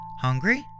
Hungry